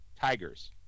tigers